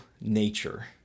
nature